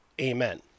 amen